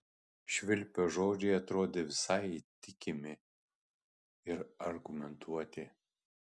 švilpio žodžiai atrodė visai įtikimi ir argumentuoti